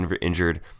injured